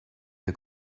her